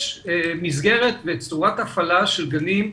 יש מסגרת וצורת הפעלה של גנים,